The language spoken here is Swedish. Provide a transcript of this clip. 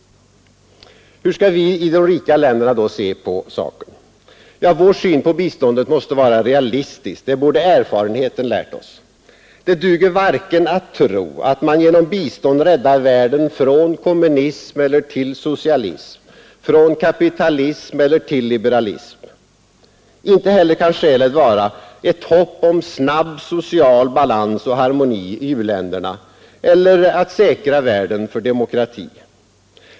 Hur skall vi i de rika länderna då se på saken? Ja, vår syn på biståndet måste vara realistisk. Det borde erfarenheten ha lärt oss. Det duger inte att tro att man genom bistånd räddar världen från kommunism eller till socialism, från kapitalism eller till liberalism. Inte heller kan skälet vara ett hopp om snabbt uppnående av social balans och harmoni i u-länderna eller att säkra världen för demokratin.